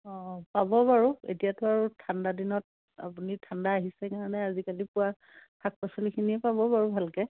অঁ হ'ব বাৰু এতিয়াতো আৰু ঠাণ্ডা দিনত আপুনি ঠাণ্ডা আহিছে কাৰণে আজিকালি পুৰা শাক পাচলিখিনিয়ে পাব বাৰু ভালকৈ